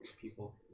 people